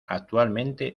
actualmente